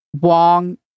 Wong